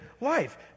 life